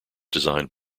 designed